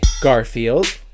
Garfield